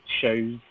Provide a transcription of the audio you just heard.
shows